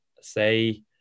say